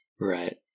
Right